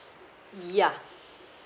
yeah